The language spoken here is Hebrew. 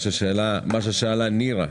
מה ששאלה נירה